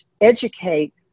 educate